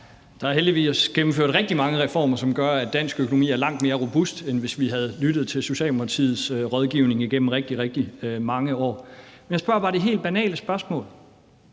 Der er heldigvis gennemført rigtig mange reformer, som gør, at dansk økonomi er langt mere robust, end hvis vi havde lyttet til Socialdemokratiets rådgivning igennem rigtig, rigtig mange år. Jeg stiller bare det helt banale spørgsmål: